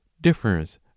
differs